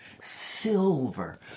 silver